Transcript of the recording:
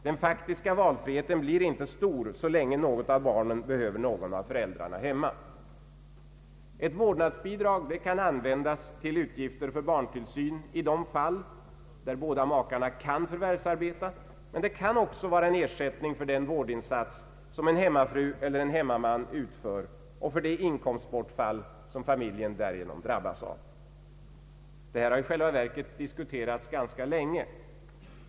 Den faktiska valfriheten blir inte stor så länge något av barnen behöver någon av föräldrarna hemma. Ett vårdnadsbidrag kan användas till utgifter för barntillsyn i de fall där båda makarna kan förvärvsarbeta — men det kan också vara en ersättning för den vårdinsats som en hemmafru eller en hemmaman utför och för det inkomstbortfall som familjen därigenom drabbas av. Detta har i själva verket diskuterats länge.